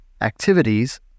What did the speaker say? activities